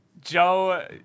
Joe